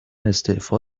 استعفا